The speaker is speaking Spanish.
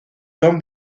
son